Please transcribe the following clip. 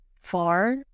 far